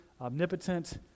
omnipotent